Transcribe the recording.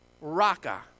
Raka